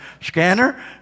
scanner